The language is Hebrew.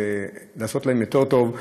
ולעשות להם יותר טוב.